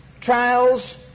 trials